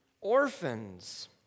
orphans